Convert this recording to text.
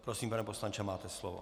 Prosím, pane poslanče, máte slovo.